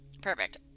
Perfect